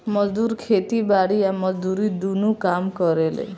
मजदूर खेती बारी आ मजदूरी दुनो काम करेले